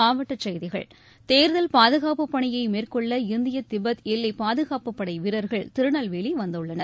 மாவட்டச் செய்திகள் தேர்தல் பாதுகாப்புப்பணியை மேற்கொள்ள இந்திய திபெத் எல்லை பாதுகாப்புப்படை வீரர்கள் திருநெல்வேலி வந்துள்ளனர்